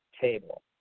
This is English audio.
table